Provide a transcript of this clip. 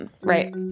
Right